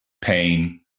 pain